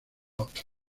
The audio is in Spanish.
otro